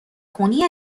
خونی